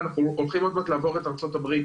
אנחנו הולכים עוד מעט לעבור את ארצות הברית,